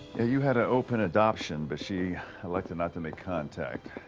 you had an open adoption, but she elected not to make contact.